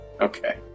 Okay